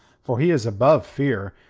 for he is above fear,